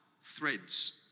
threads